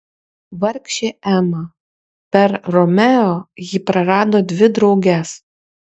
vargšė ema per romeo ji prarado dvi drauges